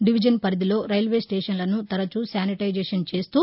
division పరిధిలో railway స్టేషన్నను తరచూ శానిటైజేషన్ చేస్తూ